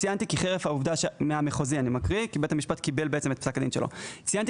כי בית המשפט קיבל את פסק הדין שלו: "ציינתי